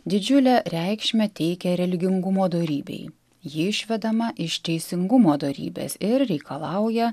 didžiulę reikšmę teikia religingumo dorybei ji išvedama iš teisingumo dorybės ir reikalauja